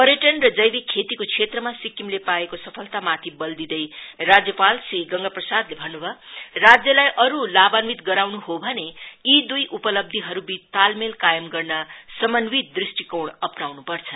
पर्यटन र जैविक खेतीको क्षेत्रमा सिक्किमले पाएको सफलतामाथि बल दिदैं राज्यपाल श्री गंगाप्रसादले भन्नुभयो राज्यलाई अरू लाभान्वित गराउनु हो भने यी दुई उपलब्धीरहरूवीच तालमेल कायम गर्न समन्वित दृष्टिकोण अपनाउनुपर्छ